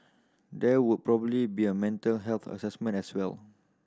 there would probably be a mental health assessment as well